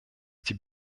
die